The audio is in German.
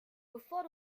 bevor